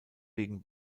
wegen